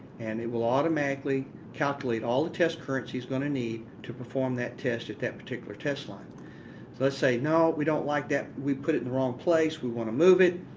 and it will automatically calculate all the tests currents he's going to need to perform that test at that particular test line. so let's say, no, we don't like that. we put it in the wrong place. we want to move it.